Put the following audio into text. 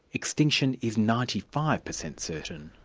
extinction is ninety five percent certain.